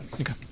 Okay